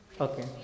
Okay